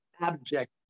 abject